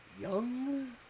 Young